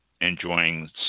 enjoying